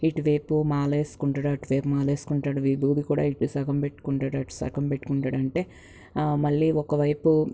ఇటువైపు మాల వేస్కుంటాడు అటువైపు మాల వేసుకుంటాడు విభూది కూడా ఇటు సగం అటు సగం పెట్టుకుంటాడు అంటే మళ్ళీ ఒకవైపు